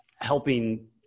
helping